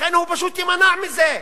לכן, הוא פשוט יימנע מזה.